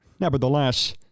Nevertheless